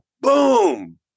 boom